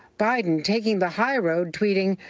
biden taking the high road tweeting,